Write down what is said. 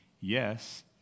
yes